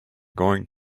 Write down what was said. going